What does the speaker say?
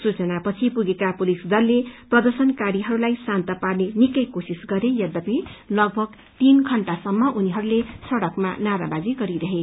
सूचनापछि पुगेका पुलिस दलले प्रदशर्नकारीहरूलाई शान्त पार्ने निकै कोशिश गरे यध्यपि लगभग तीन घण्टासमम उनीहरूले सड़कमा नाराबाजी गरिरहे